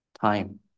time